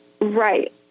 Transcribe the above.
Right